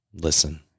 Listen